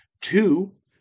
Two